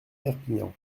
perpignan